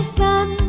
sun